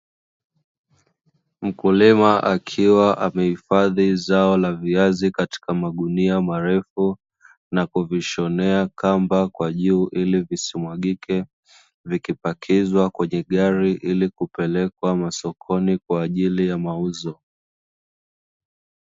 Mkulima akiwa amehifadhi zao la viazi katika magunia marefu, na kuvishonea kamba kwa juu ili visimwagike, vikipakizwa kwenye gari ili kupelekwa masokoni kwa ajili ya mauzo.